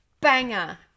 banger